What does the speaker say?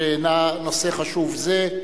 שהעלה נושא חשוב זה,